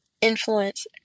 influence